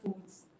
foods